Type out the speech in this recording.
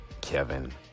kevin